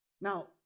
Now